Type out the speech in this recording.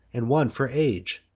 and one for age.